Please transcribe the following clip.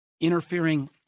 interfering